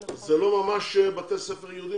זה לא ממש בתי ספר יהודיים,